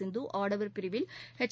சிந்து ஆடவர் பிரிவில் எச்